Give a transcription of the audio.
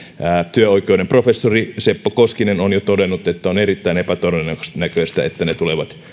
työoikeuden professori seppo koskinen on jo todennut että on erittäin epätodennäköistä että ne tulevat